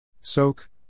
Soak